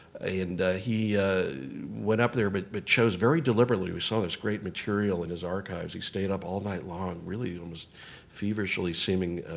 and he went up there, but but chose very deliberately. we saw this great material in his archives. he stayed up all night long, really almost feverishly seeming,